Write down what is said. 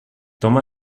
toma